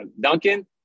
Duncan